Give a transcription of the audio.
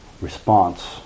response